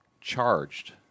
charged